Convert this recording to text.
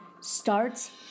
starts